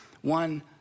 one